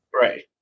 Right